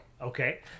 Okay